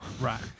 Right